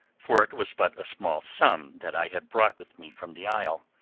for it was but a small sum that i had brought with me from the isle.